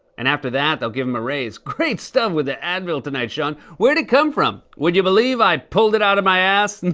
and after that they'll give him a raise. great stuff with the advil tonight, sean. where'd it come from? would you believe i pulled it out of my ass? and